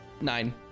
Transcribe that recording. Nine